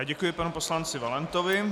Děkuji panu poslanci Valentovi.